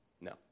No